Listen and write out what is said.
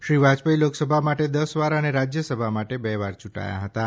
શ્રી વાજપાઈ લોકસભા માટે દશ વાર અને રાજ્યસભા માટે બે વાર ચૂંટાયા હતાં